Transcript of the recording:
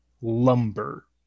lumber